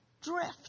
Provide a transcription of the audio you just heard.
Drift